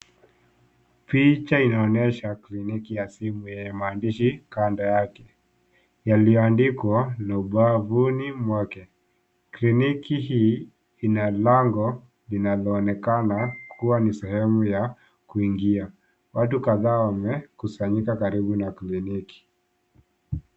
Picha inaonyesha kliniki ya simu yenye mandishi kando yake, yaliyoandikwa na ubavuni mwake. Kliniki hii ina lango linalonekana kuwa ni sehemu ya kuingia. Watu kadhaa wamekusanyika karibu na kliniki.